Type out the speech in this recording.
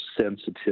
sensitive